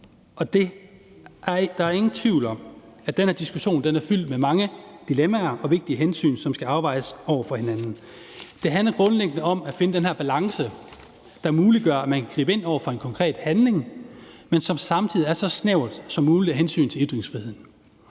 Der er ingen tvivl om, at den her diskussion er fyldt med mange dilemmaer og vigtige hensyn, som skal afvejes over for hinanden. Det handler grundlæggende om at finde den her balance, der muliggør, at man kan gribe ind over for en konkret handling, men hvor det samtidig er så snævert som muligt af hensyn til ytringsfriheden.